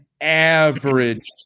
average